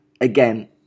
again